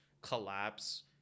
collapse